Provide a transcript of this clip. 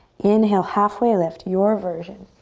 inhale, halfway lift, your version.